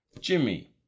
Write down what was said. jimmy